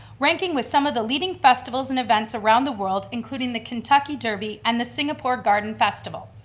ranking with some of the leading festivals and events around the world including the kentucky derby and the singapore garden festival.